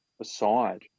aside